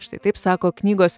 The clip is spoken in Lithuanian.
štai taip sako knygos